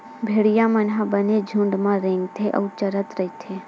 भेड़िया मन ह बने झूंड म रेंगथे अउ चरत रहिथे